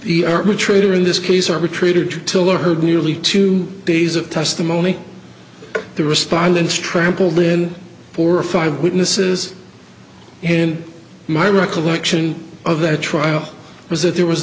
arbitrator in this case arbitrator tiller heard nearly two days of testimony the respondents trampled in four or five witnesses and my recollection of that trial was that there was